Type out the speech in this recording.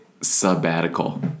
sabbatical